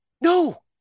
No